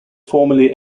formerly